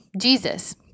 Jesus